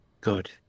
good